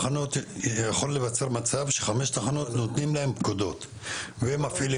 יכול להיווצר מצב שחמש תחנות נותנים להם פקודות ומפעילים אותם.